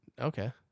Okay